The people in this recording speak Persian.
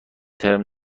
ترم